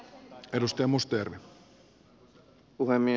arvoisa puhemies